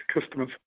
customers